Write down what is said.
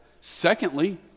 Secondly